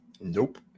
Nope